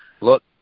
look